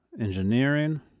engineering